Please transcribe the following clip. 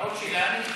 עוד שאלה,